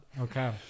Okay